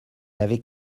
avait